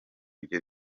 byo